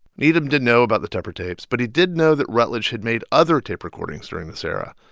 needham didn't know about the tepper tapes, but he did know that rutledge had made other tape recordings during this era.